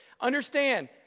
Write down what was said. Understand